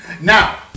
Now